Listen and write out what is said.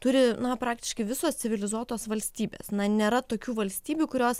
turi na praktiškai visos civilizuotos valstybės na nėra tokių valstybių kurios